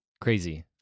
crazy